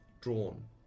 drawn